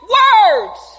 words